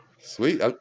Sweet